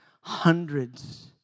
Hundreds